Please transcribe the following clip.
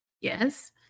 yes